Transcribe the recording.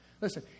Listen